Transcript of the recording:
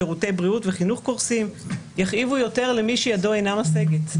שירותי בריאות וחינוך קורסים יכאיבו יותר למי שידו אינה משגת,